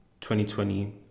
2020